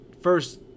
first